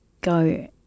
go